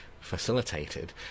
facilitated